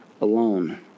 alone